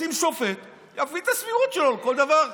תשים שופט, יפעיל את הסבירות שלו על כל דבר.